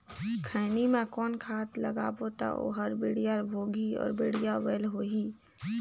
खैनी मा कौन खाद लगाबो ता ओहार बेडिया भोगही अउ बढ़िया बैल होही?